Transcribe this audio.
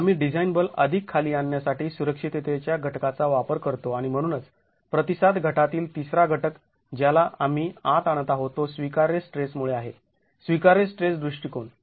आम्ही डिझाईन बल अधिक खाली आणण्यासाठी सुरक्षिततेच्या घटकाचा वापर करतो आणि म्हणूनच प्रतिसाद घटातील तिसरा घटक ज्याला आम्ही आत आणत आहोत तो स्वीकार्य स्ट्रेस मुळे आहे स्वीकार्य स्ट्रेस दृष्टिकोन